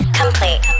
complete